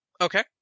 Okay